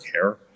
care